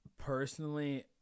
Personally